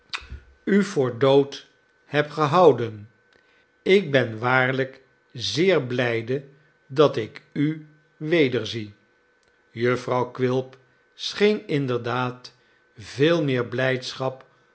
u voor dood heb gehouden ik ben waarlijk zeer blijde dat ik u wederzie jufvrouw quilp scheen inderdaad veel meer blijdschap